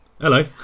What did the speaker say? Hello